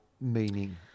meaning